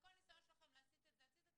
וכל ניסיון שלכם להסית את זה הצידה,